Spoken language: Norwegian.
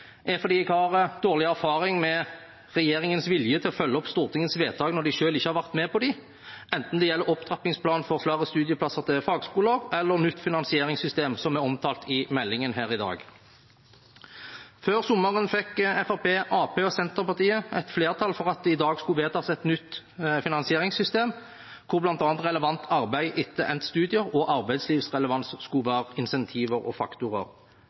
er at jeg har dårlig erfaring med regjeringens vilje til å følge opp Stortingets vedtak når de selv ikke har vært med på dem, enten det gjelder opptrappingsplan for flere studieplasser til fagskoler eller nytt finansieringssystem, som er omtalt i meldingen her i dag. Før sommeren fikk Fremskrittspartiet, Arbeiderpartiet og Senterpartiet flertall for at det i dag skulle vedtas et nytt finansieringssystem, hvor bl.a. relevant arbeid etter endte studier og arbeidslivsrelevans skulle være insentiver og faktorer.